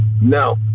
no